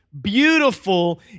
beautiful